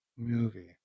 Movie